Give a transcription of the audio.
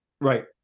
right